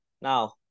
Now